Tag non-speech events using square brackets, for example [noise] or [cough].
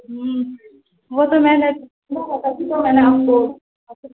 ہوں وہ تو میں نے [unintelligible] آپ کو